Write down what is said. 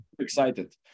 excited